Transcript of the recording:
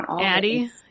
Addie